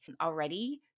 already